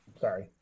Sorry